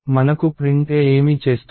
మనకు print a ఏమి చేస్తుంది